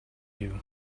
you